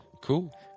Cool